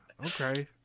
Okay